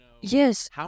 Yes